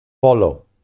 follow